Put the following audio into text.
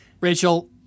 Rachel